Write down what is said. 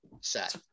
set